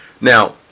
Now